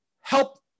help